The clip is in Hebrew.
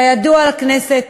כידוע לכנסת,